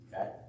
Okay